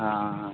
हाँ